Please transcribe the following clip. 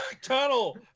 tunnel